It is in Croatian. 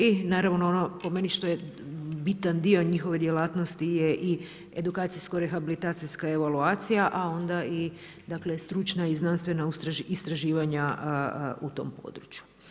I naravno ono što je po meni bitan dio njihove djelatnosti je i edukacijsko-rehabilitacijska evaluacija, a onda i stručna i znanstvena istraživanja u tom području.